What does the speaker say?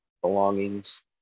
belongings